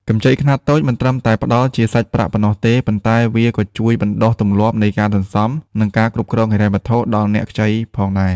កម្ចីខ្នាតតូចមិនត្រឹមតែផ្ដល់ជាសាច់ប្រាក់ប៉ុណ្ណោះទេ ប៉ុន្តែវាក៏ជួយបណ្ដុះទម្លាប់នៃការសន្សំ និងការគ្រប់គ្រងហិរញ្ញវត្ថុដល់អ្នកខ្ចីផងដែរ។